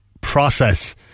process